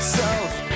south